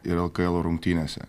ir lkl rungtynėse